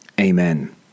amen